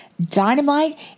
Dynamite